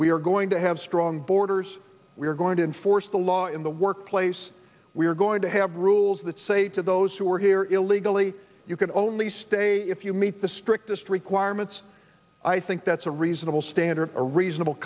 we're going to have strong borders we're going to enforce the law in the workplace we're going to have rules that say to those who are here illegally you can only stay if you meet the strictest requirements i think that's a reasonable standard a reasonable